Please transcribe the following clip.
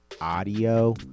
Audio